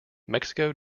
mexico